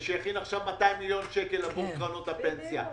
כדי שיכין עכשיו 200 מיליון שקל עבור קרנות הפנסיה.